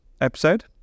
episode